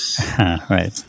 Right